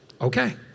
Okay